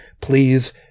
Please